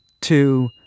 two